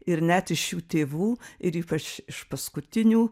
ir net iš jų tėvų ir ypač iš paskutinių